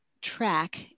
track